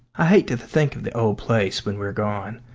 i hate to think of the old place when we're gone,